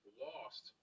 lost